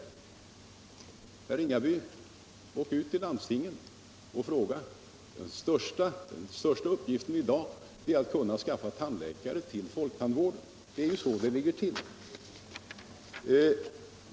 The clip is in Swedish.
Åk ut till landstingen, till Norrland och glesbygderna och fråga, herr Ringaby, så skall han finna att den största uppgiften i dag är att skaffa tandläkare till folktandvården. Det är så det ligger till.